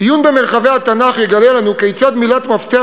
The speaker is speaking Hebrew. עיון במרחבי התנ"ך יגלה לנו כיצד מילת מפתח